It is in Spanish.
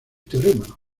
teorema